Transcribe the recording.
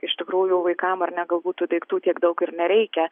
iš tikrųjų vaikam ar ne galbūt tų daiktų tiek daug ir nereikia